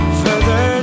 further